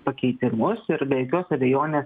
pakeitimus ir be jokios abejonės